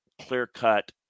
clear-cut